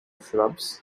shrubs